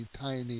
tiny